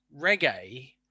reggae